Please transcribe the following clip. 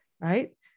Right